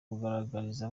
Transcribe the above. kugaragariza